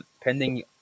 pending